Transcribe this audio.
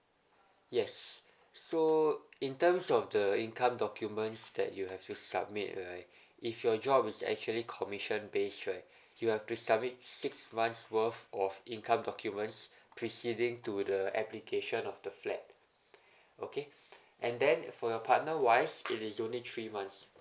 yes so in terms of the income documents that you have to submit right if your job is actually commission based right you have to submit six months worth of income documents preceding to the application of the flat okay and then for your partner wise it is only three months